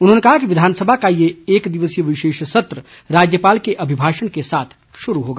उन्होंने कहा कि विधानसभा का ये एक दिवसीय विशेष सत्र राज्यपाल के अभिभाषण के साथ शुरू होगा